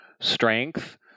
strength